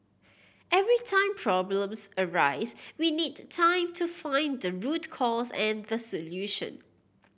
every time problems arise we need time to find the root cause and the solution